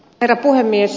herra puhemies